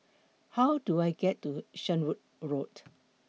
How Do I get to Shenvood Road